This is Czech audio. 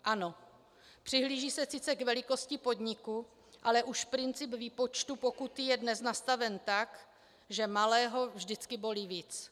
Ano, přihlíží se sice k velikosti podniku, ale už princip výpočtu pokuty je dnes nastaven tak, že malého vždycky bolí víc.